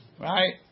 right